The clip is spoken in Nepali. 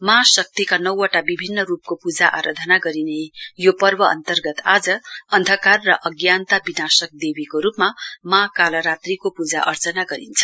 माँ शक्तिका नौवटा विभिन्न रूपको पूजा आराधना गरिने यो पर्व अन्तर्गत आज अन्धकार र अज्ञानता विनाशक देवीको रूपमा माँ कालरात्रीको पूजा अर्चना गरिन्छ